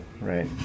Right